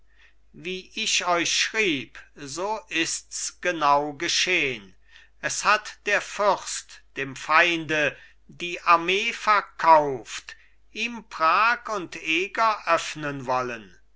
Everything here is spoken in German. wie ich euch schrieb so ists genau geschehn es hat der fürst dem feinde die armee verkauft ihm prag und eger öffnen wollen